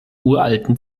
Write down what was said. uralten